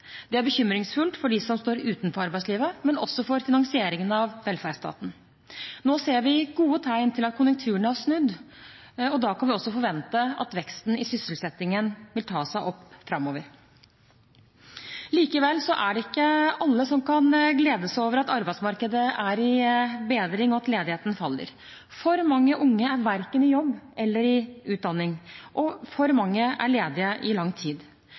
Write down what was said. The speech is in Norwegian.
Det er bekymringsfullt for dem som står utenfor arbeidslivet, men også for finansieringen av velferdsstaten. Nå ser vi gode tegn til at konjunkturene har snudd, og da kan vi også forvente at veksten i sysselsettingen vil ta seg opp framover. Likevel er det ikke alle som kan glede seg over at arbeidsmarkedet er i bedring, og at ledigheten faller. For mange unge er verken i jobb eller i utdanning, og for mange er ledige i lang tid.